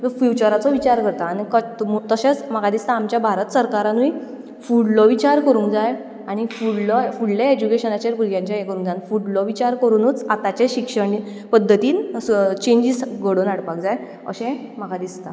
फ्यूचराचो विचार करता आनी तशेंच म्हाका दिसता आमचे भारत सरकारानूय फुडलो विचार करूंक जाय आनी फुडलो फुडले एज्यूकेशनाचेर भुरग्यांचें हें करूंक जाय आनी फुडलो विचार करुनूच आतांचें शिक्षण पद्दतीन चॅंजीस घडोवन हाडपाक जाय अशें म्हाका दिसता